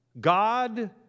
God